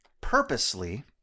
purposely